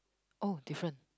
oh different